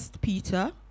Peter